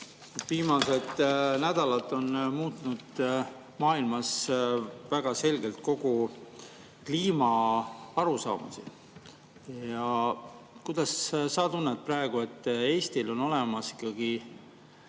Viimased nädalad on muutnud maailmas väga selgelt kliima arusaamisi. Kuidas sa tunned praegu? Eestil on olemas 50,